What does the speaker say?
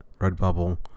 Redbubble